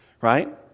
right